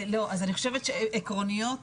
עקרוניות,